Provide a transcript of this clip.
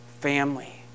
family